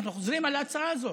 אנחנו חוזרים על ההצעה הזאת.